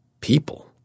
people